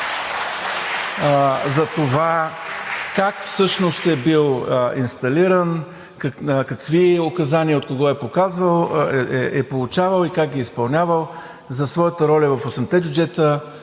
за това как всъщност е бил инсталиран, какви указания от кого е получавал и как ги е изпълнявал за своята роля в „Осемте